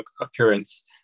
occurrence